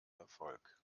erfolg